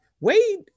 Wade